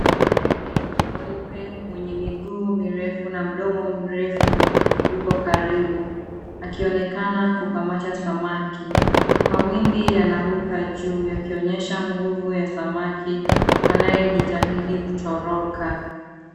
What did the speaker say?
Ndege mweupe mwenye miguu mirefu na mdomo mrefu yuko karibu akionekana kukamata samaki. Mawimbi yanaruka juu yakionyesha nguvu ya samaki anayejitahidi kutoroka.